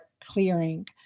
clearing